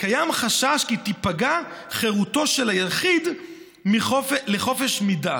קיים חשש כי תיפגע חירותו של היחיד לחופש מדת".